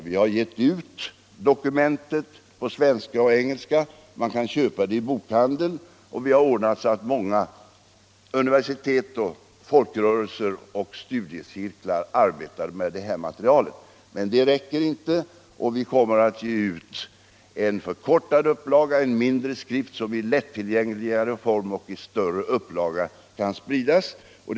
Vi har givit ut dokumentet på svenska och engelska; man kan köpa det i bokhandeln, och vi har ordnat så att många universitet, folkrörelser och studiecirklar arbetar med detta material. Men det räcker inte, och vi kommer att ge ut det i förkortad form, en mindre skrift som är lätttillgängligare och som kan spridas i större upplaga.